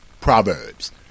Proverbs